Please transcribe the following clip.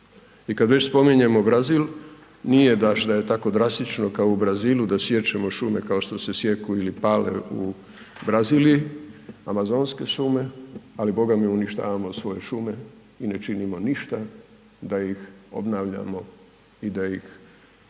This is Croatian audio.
I kad već spominjemo Brazil nije baš da je tako drastično kao u Brazilu da siječemo šume kao što se sijeku ili pale u Braziliji, Amazonske šume ali bogami uništavamo svoje šume i ne činimo ništa da ih obnavljamo i da ih iznova sadimo.